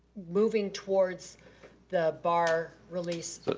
moving towards the bar release.